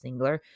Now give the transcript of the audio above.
Singler